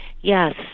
Yes